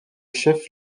chef